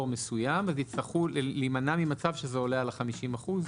מסוים אז יצטרכו להימנע ממצב שזה עולה על ה-50%?